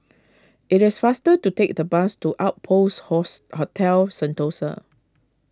it is faster to take the bus to Outpost Host Hotel Sentosa